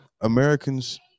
Americans